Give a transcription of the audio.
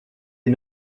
est